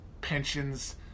pensions